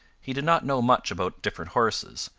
he did not know much about different horses,